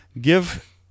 give